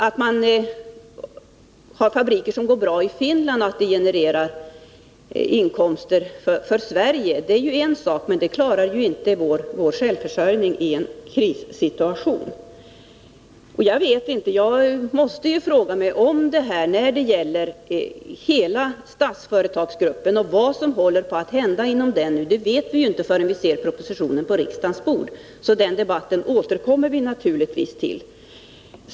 Att man har fabriker i Finland som går bra och att det genererar inkomster för Sverige är en sak, men det klarar ju inte vår självförsörjning i en krissituation. Jag måste fråga mig vad som håller på att hända inom hela Statsföretagsgruppen. Det vet vi inte förrän vi fått propositionen på riksdagens bord. Den debatten återkommer vi naturligtvis till.